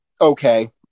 okay